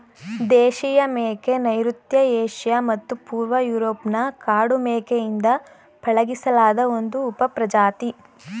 ದೇಶೀಯ ಮೇಕೆ ನೈಋತ್ಯ ಏಷ್ಯಾ ಮತ್ತು ಪೂರ್ವ ಯೂರೋಪ್ನ ಕಾಡು ಮೇಕೆಯಿಂದ ಪಳಗಿಸಿಲಾದ ಒಂದು ಉಪಪ್ರಜಾತಿ